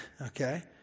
okay